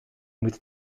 moet